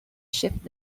shift